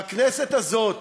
בכנסת הזאת